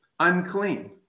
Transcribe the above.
unclean